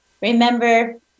Remember